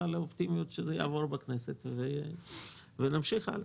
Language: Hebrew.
לאופטימיות שזה יעבור בכנסת ונמשיך הלאה.